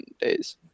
days